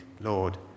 Lord